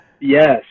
Yes